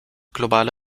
globale